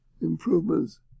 improvements